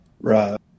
Right